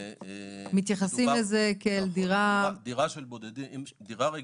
מתייחסים לזה כאל דירה --- דירה רגילה